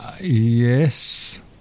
Yes